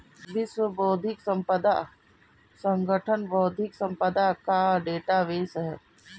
विश्व बौद्धिक संपदा संगठन बौद्धिक संपदा का डेटाबेस है